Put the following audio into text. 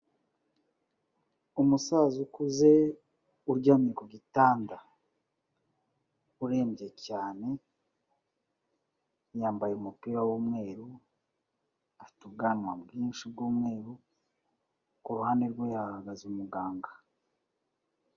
Umusaza ukuze uryamye ku gitanda, urembye cyane, yambaye umupira w'umweru, afite ubwanwa bwinshi bw'umweru, ku ruhande rwe hahagaze umuganga.